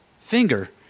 finger